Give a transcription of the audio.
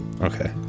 Okay